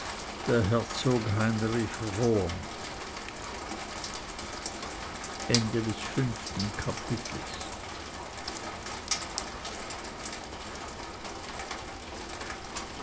der herzog heinrich rohan